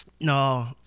no